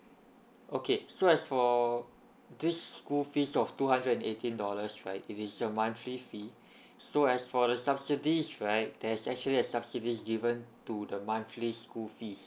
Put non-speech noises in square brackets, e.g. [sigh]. okay so as for this school fees of two hundred and eighteen dollars right is your monthly fee [breath] so as for the subsidies right there is actually a subsidies given to the monthly school fees